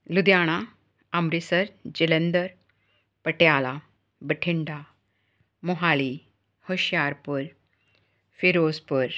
Ludhiana Amritsar Jalandhar Patiala Bathinda Mohali Hoshiarpur Firozpur